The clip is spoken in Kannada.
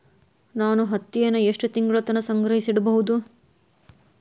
ನಾನು ಹತ್ತಿಯನ್ನ ಎಷ್ಟು ತಿಂಗಳತನ ಸಂಗ್ರಹಿಸಿಡಬಹುದು?